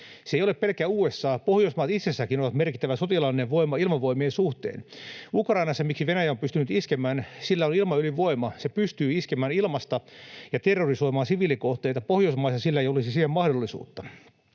Se ei ole pelkkä US, Pohjoismaat itsessäänkin ovat merkittävä sotilaallinen voima ilmavoimien suhteen. Miksi Venäjä on pystynyt iskemään Ukrainassa, sillä on ilmaylivoima. Se pystyy iskemään ilmasta ja terrorisoimaan siviilikohteita. Pohjoismaissa sillä ei olisi siihen mahdollisuutta.